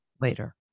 later